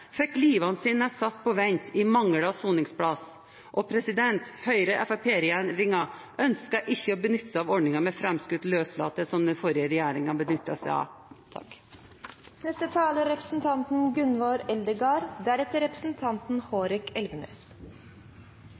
fikk livene sine satt på vent i mangel av soningsplass. Og Høyre–Fremskrittsparti-regjeringen ønsker ikke å benytte seg av ordningen med framskutt løslatelse som den forrige regjeringen benyttet seg av.